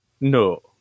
No